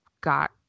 got